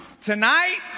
Tonight